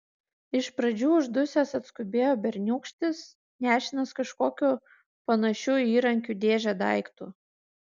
iš pradžių uždusęs atskubėjo berniūkštis nešinas kažkokiu panašiu į įrankių dėžę daiktu